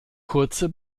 kurze